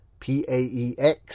PAEX